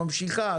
ממשיכה,